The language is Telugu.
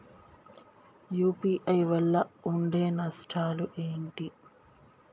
యూ.పీ.ఐ వల్ల ఉండే నష్టాలు ఏంటి??